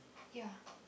yeah